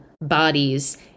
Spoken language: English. bodies